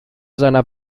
seiner